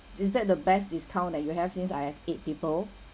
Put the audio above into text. is that the best discount that you have since I've eight people